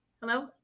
Hello